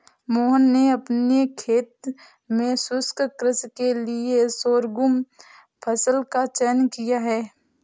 मोहन ने अपने खेत में शुष्क कृषि के लिए शोरगुम फसल का चयन किया है